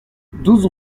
douze